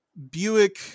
Buick